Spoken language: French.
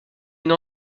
une